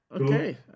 Okay